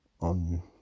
on